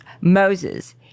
Moses